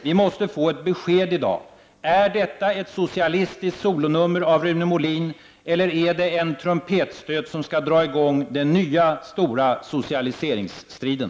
Vi måste få ett besked i dag: Är detta ett socialistiskt solo nummer av Rune Molin eller är det en trumpetstöt som skall dra i gång den nya, stora socialiseringsstriden?